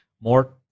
more